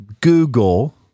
Google